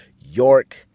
York